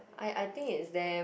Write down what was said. I I think it's them